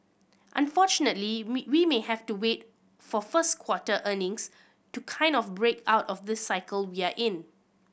unfortunately we we may have to wait for first quarter earnings to kind of break out of the cycle we're in